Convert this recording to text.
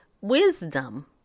wisdom